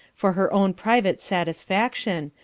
for her own private satisfaction,